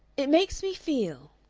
it makes me feel,